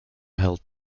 held